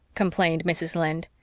complained mrs. lynde.